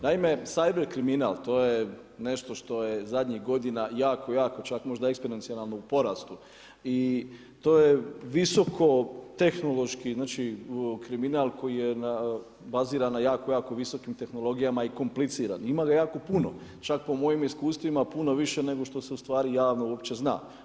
Naime, cyber kriminal, to je nešto što je zadnjih godina jako, jako, čak možda eksponencionalno u porastu i to je visoko tehnološki, znači kriminal koji je baziran na jako, jako visokim tehnologijama i kompliciran, ima ga jako puno, čak po mojim iskustvima, puno više nego što se ustvari javno uopće zna.